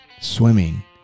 swimming